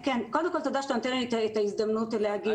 קודם כל תודה שאתה נותן לי את ההזדמנות להגיב.